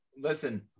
Listen